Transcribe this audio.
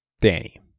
Danny